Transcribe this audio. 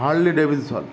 হারলে ডেভিডসন